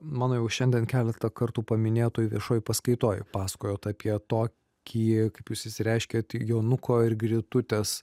mano jau šiandien keletą kartų paminėtoj viešoj paskaitoj pasakojot apie tokį kaip jūs išsireiškėt jonuko ir grytutės